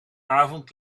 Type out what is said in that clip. avond